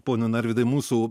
pone narvydai mūsų